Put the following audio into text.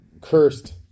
cursed